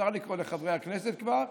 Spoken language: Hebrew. אפשר לקרוא לחברי הכנסת כבר?